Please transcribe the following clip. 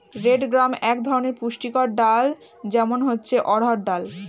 red gram এক ধরনের পুষ্টিকর ডাল, যেমন হচ্ছে অড়হর ডাল